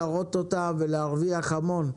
אפשר לקרות אותם ולהרוויח המון.